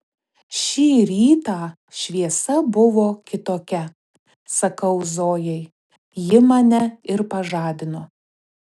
šį rytą šviesa buvo kitokia sakau zojai ji mane ir pažadino